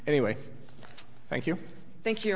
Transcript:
anyway thank you thank you